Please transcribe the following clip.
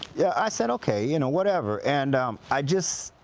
yeah i said okay. you know whatever. and um i just.